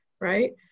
right